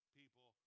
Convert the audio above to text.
people